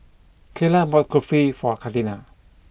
Kayla bought Kulfi for Katina